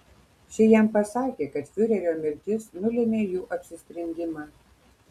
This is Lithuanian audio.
ši jam pasakė kad fiurerio mirtis nulėmė jų apsisprendimą